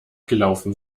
gelaufen